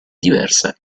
diversa